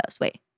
Wait